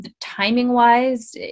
timing-wise